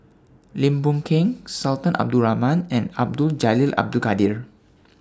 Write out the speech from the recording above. Lim Boon Keng Sultan Abdul Rahman and Abdul Jalil Abdul Kadir